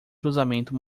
cruzamento